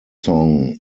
song